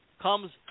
comes